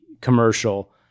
commercial